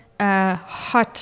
Hot